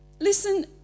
Listen